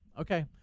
Okay